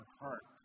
heart